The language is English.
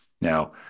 Now